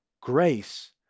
grace